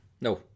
No